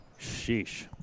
Sheesh